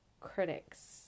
critics